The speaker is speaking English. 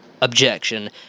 objection